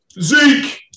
Zeke